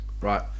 Right